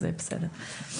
אז בסדר.